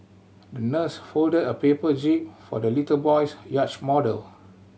the nurse folded a paper jib for the little boy's yacht model